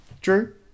Drew